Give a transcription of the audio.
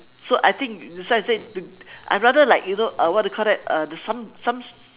so I think that's why I say I rather like you know uh what do you call that uh the some some